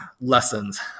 lessons